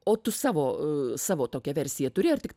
o tu savo savo tokią versiją turi ar tik